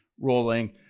rolling